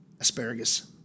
asparagus